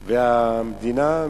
והמדינה,